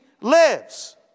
lives